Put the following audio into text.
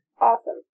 Awesome